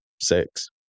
six